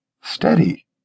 steady